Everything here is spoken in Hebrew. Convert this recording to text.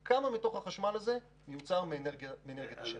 ובודק כמה מתוך החשמל הזה מיוצר מאנרגיית השמש.